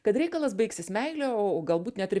kad reikalas baigsis meile o o galbūt net ir